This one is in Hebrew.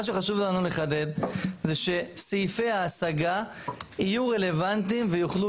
מה שחשוב לנו לחדד זה שסעיפי ההשגה יהיו רלוונטיים ויוכלו